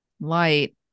light